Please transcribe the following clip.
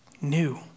new